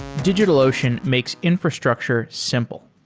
digitalocean makes infrastructure simple.